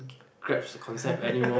grasp the concept anymore